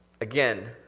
Again